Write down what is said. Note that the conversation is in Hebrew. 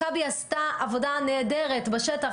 מכבי עשתה עבודה נהדרת בשטח,